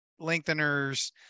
lengtheners